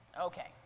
Okay